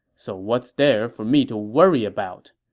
so what's there for me to worry about?